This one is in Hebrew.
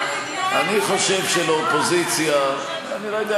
אני לא יודע,